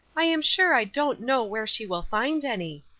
i am sure i don't know where she will find any,